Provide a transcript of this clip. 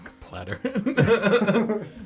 Platter